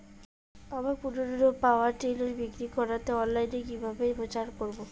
আমার পুরনো power tiller বিক্রি করাতে অনলাইনে কিভাবে প্রচার করব?